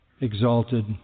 exalted